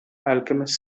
alchemist